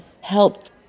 helped